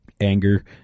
anger